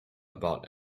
about